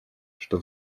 что